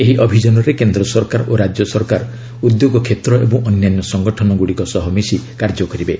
ଏହି ଅଭିଯାନରେ କେନ୍ଦ୍ର ସରକାର ଓ ରାଜ୍ୟ ସରକାର ଉଦ୍ୟୋଗ କ୍ଷେତ୍ର ଏବଂ ଅନ୍ୟାନ୍ୟ ସଂଗଠନ ସହ ମିଶି କାର୍ଯ୍ୟ କରିବେ